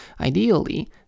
Ideally